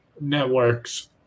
networks